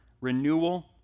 renewal